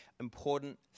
important